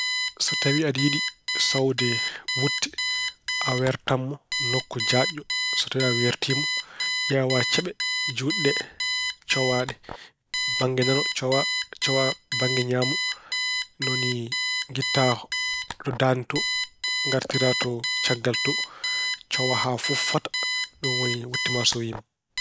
So tawi aɗa yiɗi sowde wutte a weertan mo nokku jaajɗo. So tawi a weertii mo, ƴeewaa ceɓe juuɗe ɗe cowaa ɗe bannge nano, cowaa bannge ñaamo. Ni woni ngittaa to daande to ngartira to caggal to. Cowaa haa fof fota. Ɗum woni wutte ma sowiima.